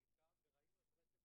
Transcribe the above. ראינו את רצף